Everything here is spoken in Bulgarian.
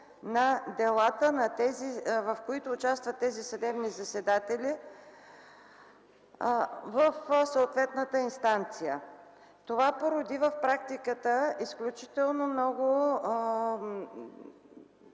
на делата, в които участват тези съдебни заседатели в съответната инстанция. Това породи в практиката изключително много